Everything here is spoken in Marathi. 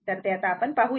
तर ते पाहू